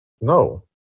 No